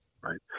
right